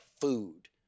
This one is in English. food